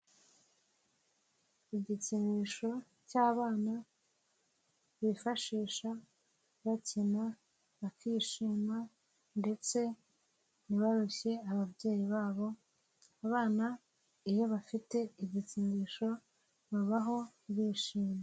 Igikinisho cy'abana bifashisha bakina bakishima ndetse ntibarushye ababyeyi babo, abana iyo bafite igikinisho babaho bishimye.